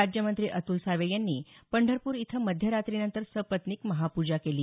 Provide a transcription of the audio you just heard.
राज्यमंत्री अतुल सावे यांनी पंढरपूर इथं मध्यरात्रीनंतर सपत्नीक महापुजा केली